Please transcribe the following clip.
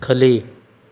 ಕಲಿ